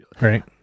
Right